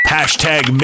Hashtag